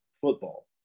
football